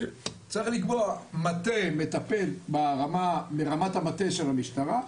צריך לקבוע מטה מטפל ברמת המטה של המשטרה,